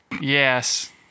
Yes